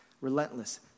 relentless